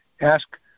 ask